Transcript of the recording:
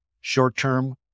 short-term